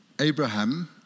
Abraham